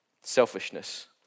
Selfishness